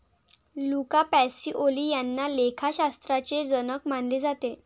Luca Pacioli यांना लेखाशास्त्राचे जनक मानले जाते